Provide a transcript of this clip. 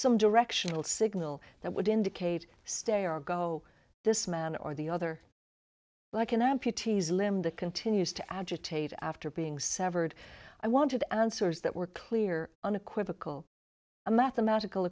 some directional signal that would indicate stay or go this man or the other but i can amputees limb that continues to agitate after being severed i wanted answers that were clear unequivocal a mathematical